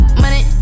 money